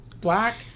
black